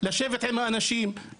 לשבת עם האנשים,